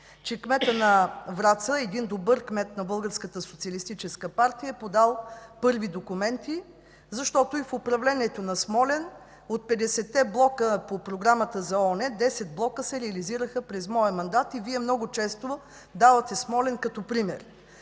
че кметът на Враца – един добър кмет на Българската социалистическа партия, е подал първи документи, защото и в управлението на Смолян от петдесетте блока по Програмата за ООН, десет блока се реализираха през моя мандат и Вие много често давате Смолян като пример.